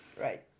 Right